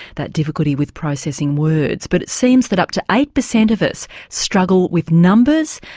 that difficulty with processing words, but it seems that up to eight percent of us struggle with numbers,